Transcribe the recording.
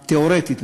תיאורטית,